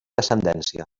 descendència